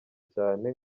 cyane